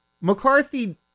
McCarthy